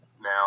Now